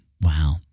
Wow